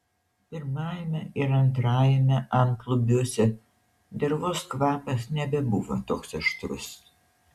pirmajame ir antrajame antlubiuose dervos kvapas nebebuvo toks aštrus